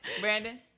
Brandon